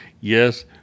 Yes